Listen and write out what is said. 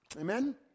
Amen